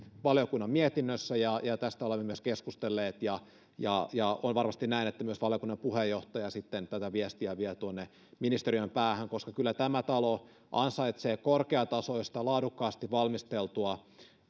valiokunnan mietinnössä ja tästä olemme myös keskustelleet on varmasti näin että myös valiokunnan puheenjohtaja sitten tätä viestiä vie tuonne ministeriön päähän koska kyllä tämä talo ansaitsee korkeatasoisia laadukkaasti valmisteltuja